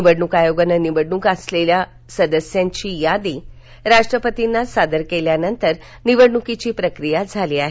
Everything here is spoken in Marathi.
निवडणूक आयोगानं निवडून आलेल्या सदस्यांची यादी राष्ट्रपतींना सादर केल्यानंतर निवडणुकीची प्रक्रिया झाली आहे